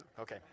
Okay